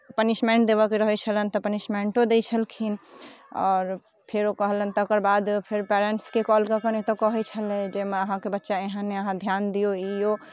punishment देबयके रहै छलनि तऽ पनिशमेंटो दैत छलखिन आओर फेरो कहलनि तकर बाद फेर पैरेन्ट्सके कॉल कऽ के नहि तऽ कहैत छलै जे अहाँके बच्चा एहन अइ अहाँ ध्यान दियौ ई ओ